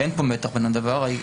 אין מתח בין הדבר.